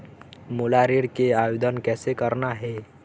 मोला ऋण के आवेदन कैसे करना हे?